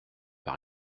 par